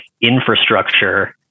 infrastructure